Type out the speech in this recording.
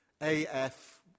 AF